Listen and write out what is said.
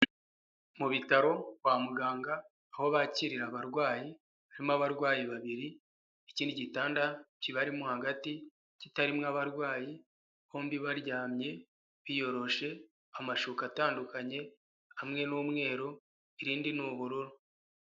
Mu bitaro kwa muganga aho bakiriye abarwayi, harimo abarwayi babiri, ikindi gitanda kibarimo hagati kitarimo abarwayi, bombi baryamye biyoroshe amashuka atandukanye, hamwe n'umweru irindi ni ubururu.